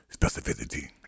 Specificity